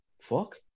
fuck